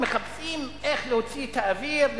מחפשים איך להוציא את האוויר,